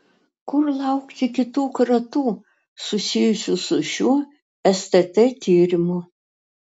kur laukti kitų kratų susijusių su šiuo stt tyrimu